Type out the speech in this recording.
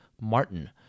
Martin